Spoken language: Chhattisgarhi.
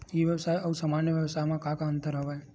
ई व्यवसाय आऊ सामान्य व्यवसाय म का का अंतर हवय?